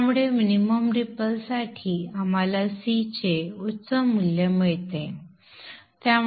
त्यामुळे minimum ripple साठी आम्हाला C चे उच्च मूल्य मिळते